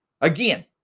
Again